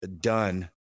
done